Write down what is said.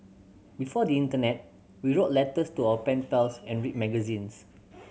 before the internet we wrote letters to our pen pals and read magazines